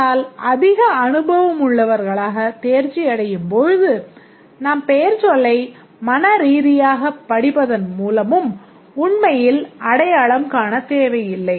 ஆனால் நாம் அதிக அனுபவமுள்ளவர்களாகத் தேர்ச்சி அடையும் போது நாம் பெயர்ச்சொல்லை மனரீதியாகப் படிப்பதன் மூலம் உண்மையில் அடையாளம் காணத் தேவையில்லை